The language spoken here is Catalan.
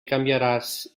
canviaràs